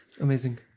Amazing